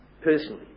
personally